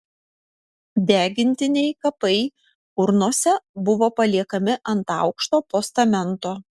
degintiniai kapai urnose buvo paliekami ant aukšto postamento